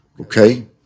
Okay